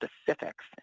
specifics